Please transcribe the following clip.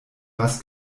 was